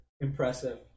impressive